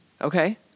Okay